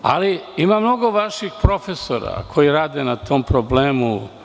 Ima mnogo vaših profesora koji rade na tom problemu.